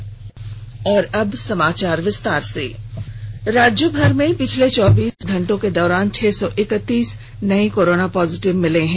corona राज्य भर में पिछले चौबीस घंटे के दौरान छह सौ इकतीस नए कोरोना पॉजिटिव मरीज मिले हैं